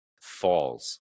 falls